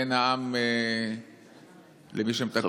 בין העם למי שמטפל בנושא הזה.